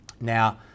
Now